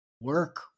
work